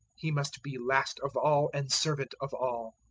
he must be last of all and servant of all.